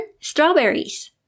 strawberries